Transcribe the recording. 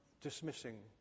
dismissing